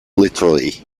literally